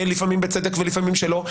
לפעמים בצדק ולפעמים שלא.